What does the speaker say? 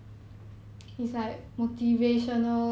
mm